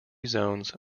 zones